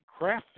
crafted